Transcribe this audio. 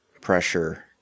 pressure